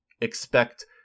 expect